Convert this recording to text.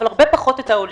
אבל הרבה פחות את העולים.